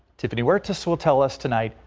tiffany huertas will tell us tonight.